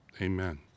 Amen